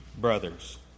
brothers